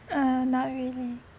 uh not really